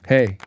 Hey